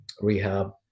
rehab